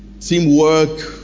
teamwork